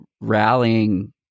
rallying